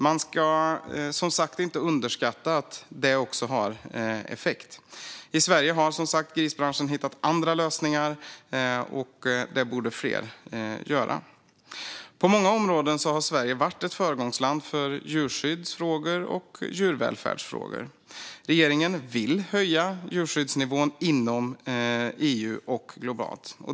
Man ska, som sagt, inte underskatta att det också har effekt. I Sverige har, som sagt, grisbranschen hittat andra lösningar, och det borde fler göra. På många områden har Sverige varit ett föregångsland för djurskyddsfrågor och djurvälfärdsfrågor. Regeringen vill höja djurskyddsnivån inom EU och globalt.